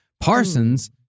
Parsons